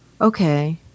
Okay